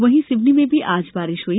वहीं सिवनी में भी आज बारिश हुई